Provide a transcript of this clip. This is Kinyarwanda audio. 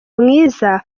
mwiza